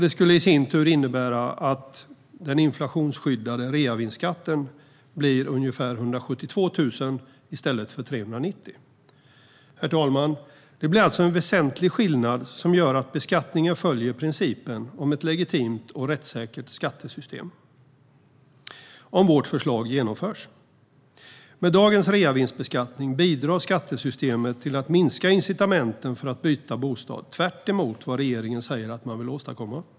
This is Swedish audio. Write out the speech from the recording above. Det skulle i sin tur innebära att den inflationsskyddade reavinstskatten blir ungefär 172 000 i stället för 390 000. Herr talman! Det blir alltså en väsentlig skillnad som gör att beskattningen följer principen om ett legitimt och rättssäkert skattesystem om vårt förslag genomförs. Med dagens reavinstberäkning bidrar skattesystemet till att minska incitamenten för att byta bostad, tvärtemot vad regeringen säger att man vill åstadkomma.